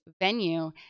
venue